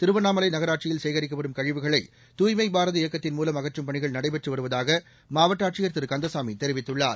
திருவண்ணாமலை நகராட்சியில் சேகரிக்கப்படும் கழிவுகளை தூய்மை பாரத இயக்கத்தின்மூலம் அகற்றும் பணிகள் நடைபெற்று வருவதாக மாவட்ட ஆட்சியர் திரு கந்தசாமி தெரிவித்துள்ளார்